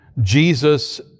Jesus